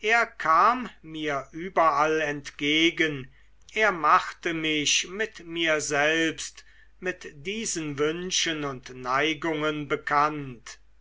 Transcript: er kam mir überall entgegen er machte mich mit mir selbst mit diesen wünschen und neigungen bekannt